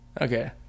Okay